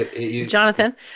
Jonathan